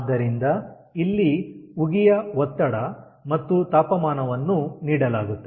ಆದ್ದರಿಂದ ಇಲ್ಲಿ ಉಗಿಯ ಒತ್ತಡ ಮತ್ತು ತಾಪಮಾನವನ್ನು ನೀಡಲಾಗುತ್ತದೆ